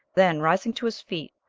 then, rising to his feet,